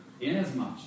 inasmuch